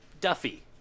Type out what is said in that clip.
duffy